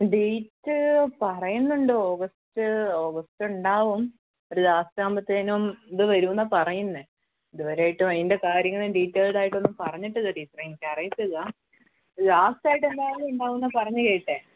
date പറയുന്നുണ്ട് August August ഉണ്ടാവും last ആവുമ്പോഴത്തേനും ഇത് വരും എന്നാണ് പറയുന്നത് ഇത് വരെയായിട്ടും അതിന്റെ കാര്യങ്ങൾ ഡീറ്റെയിൽഡ് ആയിട്ടൊന്നും പറഞ്ഞിട്ടില്ല ടീച്ചറേ എനിക്ക് അറിയില്ല ലാസ്റ്റ് ആയിട്ട് എന്തായാലും ഉണ്ടാവും എന്നാണ് പറഞ്ഞ് കേട്ടത്